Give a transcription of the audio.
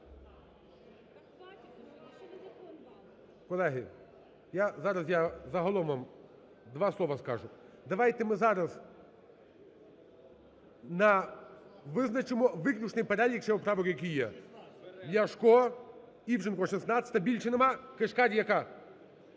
Колеги, я зараз загалом вам два слова скажу. Давайте ми зараз визначимо виключний перелік ще поправок, які є. Ляшко, Івченко, 16-а, більше немає? Кишкар – яка?